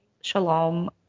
Shalom